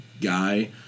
guy